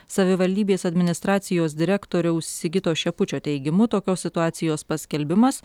savivaldybės administracijos direktoriaus sigito šepučio teigimu tokios situacijos paskelbimas